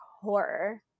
horror